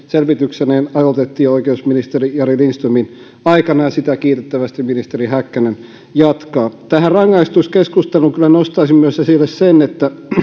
selvityksineen aloitettiin oikeusministeri jari lindströmin aikana ja sitä kiitettävästi ministeri häkkänen jatkaa tähän rangaistuskeskusteluun kyllä nostaisin esille myös sen